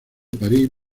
parís